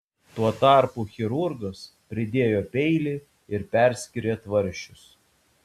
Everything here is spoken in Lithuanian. tuo tarpu chirurgas pridėjo peilį ir perskyrė tvarsčius